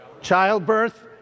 Childbirth